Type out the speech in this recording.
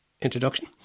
introduction